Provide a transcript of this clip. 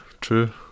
true